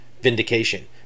vindication